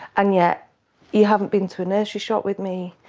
and yet you haven't been to a nursery shop with me,